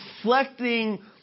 reflecting